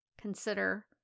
consider